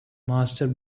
master